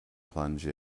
plunge